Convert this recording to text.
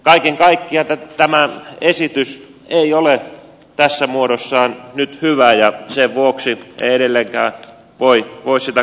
kaiken kaikkiaan tämä esitys ei ole tässä muodossaan nyt hyvä ja sen vuoksi en edelleenkään voi sitä kannattaa